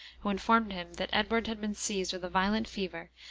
who informed him that edward had been seized with a violent fever,